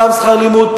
פעם שכר לימוד,